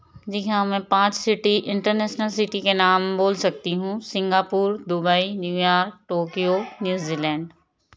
जी हाँ मैं पाँच सिटी इंटरनेसनल सिटी के नाम बोल सकती हूँ Singapore Dubai New Year Tokyo New Zealand